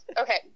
Okay